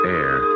air